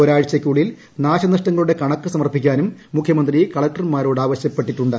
ഒരാഴ്ചയ്ക്കുള്ളിൽ നാശനഷ്ടങ്ങളുടെ കണക്ക് സമർപ്പിക്കാനും മുഖ്യമന്ത്രി കളക്ടർമാരോട് ആവശ്യപ്പെട്ടിട്ടുണ്ട്